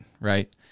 right